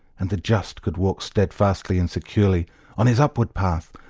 and the just could walk steadfastly and securely on his upward path,